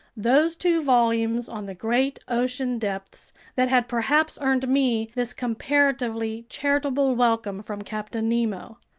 those two volumes on the great ocean depths that had perhaps earned me this comparatively charitable welcome from captain nemo.